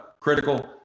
critical